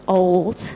old